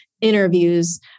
interviews